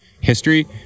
history